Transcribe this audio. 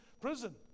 prison